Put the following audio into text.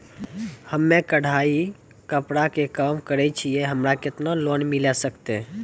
हम्मे कढ़ाई कपड़ा के काम करे छियै, हमरा केतना लोन मिले सकते?